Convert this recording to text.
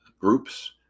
groups